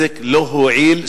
לא הועילו.